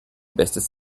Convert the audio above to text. bestes